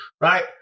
right